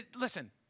Listen